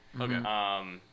Okay